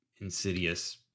insidious